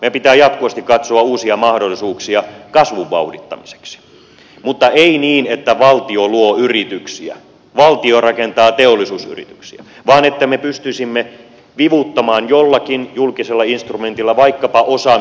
meidän pitää jatkuvasti katsoa uusia mahdollisuuksia kasvun vauhdittamiseksi mutta ei niin että valtio luo yrityksiä valtio rakentaa teollisuusyrityksiä vaan niin että me pystyisimme vivuttamaan jollakin julkisella instrumentilla vaikkapa osaamisinstrumentilla uutta kasvua